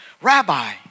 Rabbi